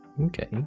okay